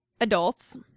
adults